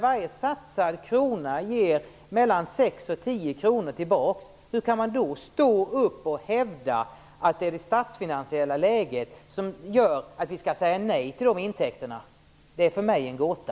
Varje satsad krona ger mellan sex och tio kronor tillbaka. Hur kan man då hävda att det statsfinansiella läget gör att vi skall säga nej till de intäkterna? Det är för mig en gåta.